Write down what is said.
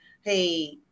hey